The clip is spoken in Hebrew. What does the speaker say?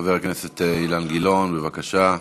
חבר הכנסת אילן גילאון, בבקשה.